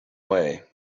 way